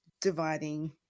dividing